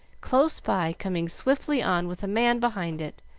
close by, coming swiftly on with a man behind it,